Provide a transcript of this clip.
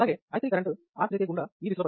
అలాగే I3 current R33 గుండా ఈ దిశలో ప్రవహిస్తుంది